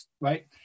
right